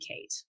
kate